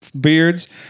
beards